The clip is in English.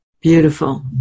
Beautiful